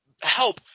help